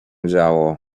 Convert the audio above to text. działo